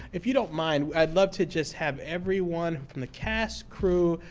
if you don't mind, i'd love to just have everyone from the cast, crew,